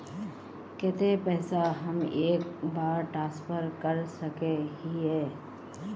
केते पैसा हम एक बार ट्रांसफर कर सके हीये?